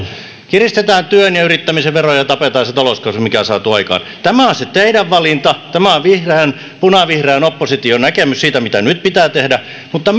kiristetään työn ja yrittämisen veroja ja tapetaan se talouskasvu mikä on saatu aikaan tämä on se teidän valintanne tämä on vihreän punavihreän opposition näkemys siitä mitä nyt pitää tehdä mutta